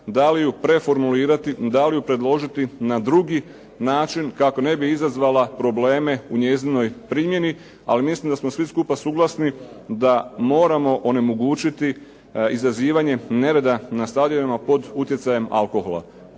da li ju preformulirati, da li ju predložiti na drugi način kako ne bi izazvala probleme u njezinoj primjeni, ali mislim da smo svi skupa suglasni da moramo onemogućiti izazivanje nereda na stadionima pod utjecajem alkohola.